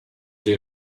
they